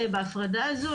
בהפרדה הזאת,